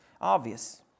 obvious